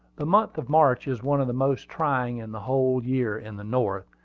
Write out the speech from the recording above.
the month of march is one of the most trying in the whole year in the north,